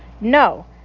No